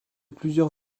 plusieurs